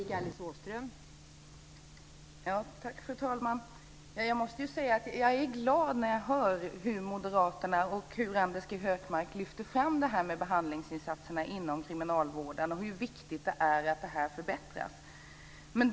Fru talman! Jag måste säga att jag blir glad när jag hör hur moderaterna och Anders G Högmark lyfter fram detta med behandlingsinsatser inom kriminalvården och vikten av att det blir en förbättring.